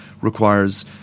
requires